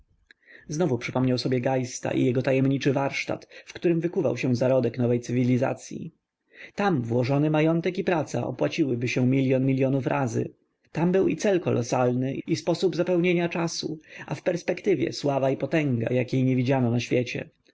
znowu przypomniał sobie geista i jego tajemniczy warsztat w którym wykluwał się zarodek nowej cywilizacyi tam włożony majątek i praca opłaciłaby się milion milionów razy tam był i cel kolosalny i sposób zapełnienia czasu a w perspektywie sława i potęga jakiej nie widziano na świecie